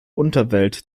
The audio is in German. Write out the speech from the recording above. unterwelt